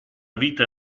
vita